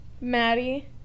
Maddie